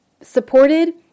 supported